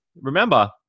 remember